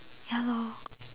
ya lor